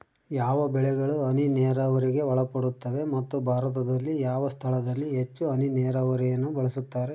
ಯಾವ ಬೆಳೆಗಳು ಹನಿ ನೇರಾವರಿಗೆ ಒಳಪಡುತ್ತವೆ ಮತ್ತು ಭಾರತದಲ್ಲಿ ಯಾವ ಸ್ಥಳದಲ್ಲಿ ಹೆಚ್ಚು ಹನಿ ನೇರಾವರಿಯನ್ನು ಬಳಸುತ್ತಾರೆ?